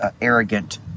arrogant